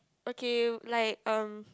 okay like um